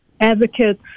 advocates